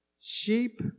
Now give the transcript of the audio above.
sheep